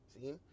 see